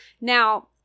Now